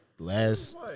last